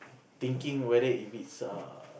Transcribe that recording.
thinking whether if it's err